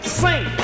sing